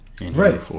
Right